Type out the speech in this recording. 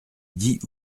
dit